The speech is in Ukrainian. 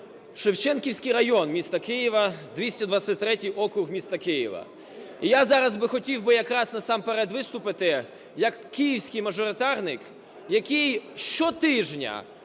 Шевченківський район міста Києва, 223 округ міста Києва. Я зараз би хотів би якраз насамперед виступити як київський мажоритарник, який щотижня